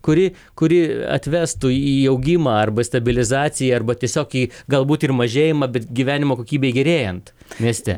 kuri kuri atvestu į augimą arba stabilizaciją arba tiesiog į galbūt ir mažėjimą bet gyvenimo kokybei gerėjant mieste